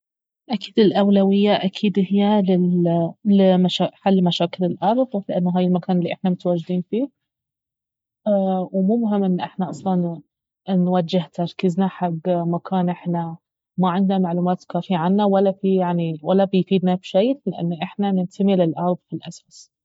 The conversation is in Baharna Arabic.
اكيد الأولوية اكيد اهي لل- لحل مشاكل الأرض لان هاي المكان الي احنا متواجدين فيه ومو مهم ان احنا أصلا نوجه تركيزنا حق مكان احنا ما عندنا معلومات كافية عنه ولا فيه يعني ولا بيفيدنا في شي لانه احنا ننتمي للأرض في الأساس